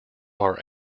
are